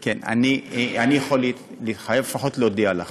כן, אני יכול להתחייב, לפחות להודיע לך